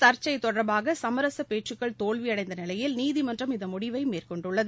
சர்ச்சை தொடர்பாக சமரச பேச்சுகள் தோல்வியடைந்த நிலையில் நீதிமன்றம் இந்த முடிவை மேற்கொண்டுள்ளது